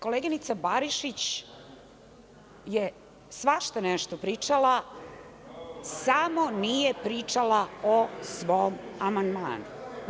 Koleginica Barišić je svašta nešto pričala, samo nije pričala o svom amandmanu.